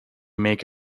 make